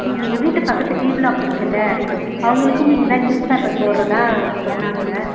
இங்கே எங்கள் வீட்டு பக்கத்தில் டி பிளாக் இருக்குதுல்ல அவங்களுக்கும் நீங்கள் தான் நியூஸ் பேப்பர் போடுறதா சொன்னாங்க